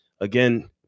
Again